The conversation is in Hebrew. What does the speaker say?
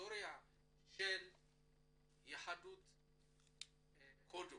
ההיסטוריה של יהדות הודו,